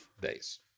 days